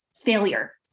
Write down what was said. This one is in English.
failure